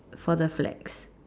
for the flags